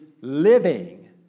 living